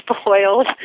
spoiled